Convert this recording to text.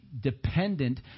dependent